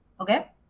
Okay